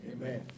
Amen